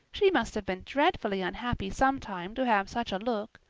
she must have been dreadfully unhappy sometime to have such a look.